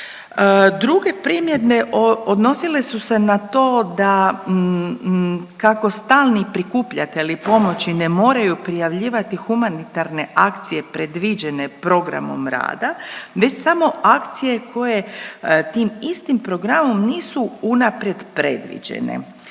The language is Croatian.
Druge primjedbe odnosile su se na to da kako stalno prikupljatelji pomoći ne moraju prijavljivati humanitarne akcije predviđene programom rada, već samo akcije koje tim istim programom nisu unaprijed predviđene